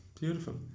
Beautiful